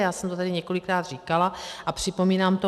Já jsem to tady několikrát říkala a připomínám to.